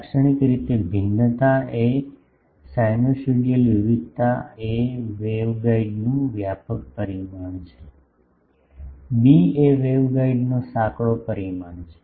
લાક્ષણિક રીતે ભિન્નતા એ સિનુસાઇડલ વિવિધતા એ વેવગાઇડનું વ્યાપક પરિમાણ છે બી એ વેવગાઇડનો સાંકડો પરિમાણ છે